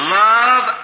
love